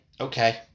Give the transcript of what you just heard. okay